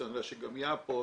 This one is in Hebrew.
אני יודע שגם איהאב פה,